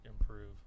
improve